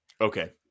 okay